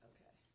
Okay